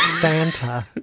Santa